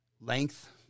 length